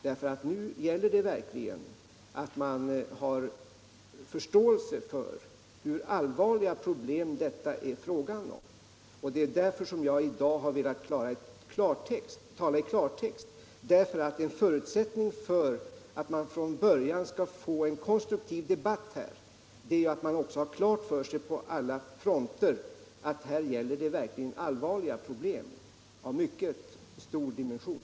Det gäller nu att man har förståelse för hur allvarliga problem det är fråga om, och det är därför som jag i dag velat tala i klartext. En förutsättning för att man från början skall få en kon struktiv debatt är att man på alla fronter har denna insikt om att det Nr 32 gäller verkligt allvarliga problem. Tisdagen den